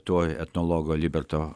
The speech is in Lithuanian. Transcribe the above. tuoj etnologo liberto